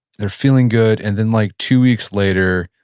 they're feeling good, and then like two weeks later,